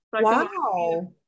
Wow